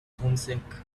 homesick